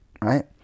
right